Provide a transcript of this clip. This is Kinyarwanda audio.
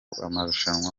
amarushanwa